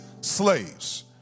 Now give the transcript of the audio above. slaves